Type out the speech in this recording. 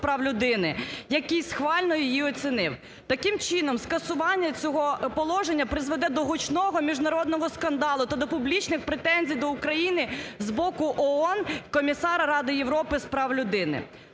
прав людини, який схвально її оцінив. Таким чином скасування цього положення призведе до гучного міжнародного скандалу та до публічних претензій до України з боку ООН, Комісара Ради Європи з прав людини.